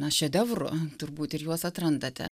na šedevrų turbūt ir juos atrandate